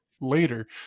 later